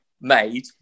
made